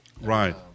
Right